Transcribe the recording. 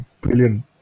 brilliant